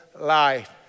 life